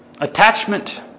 Attachment